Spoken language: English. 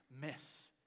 miss